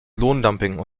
lohndumping